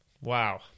Wow